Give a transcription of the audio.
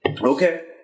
Okay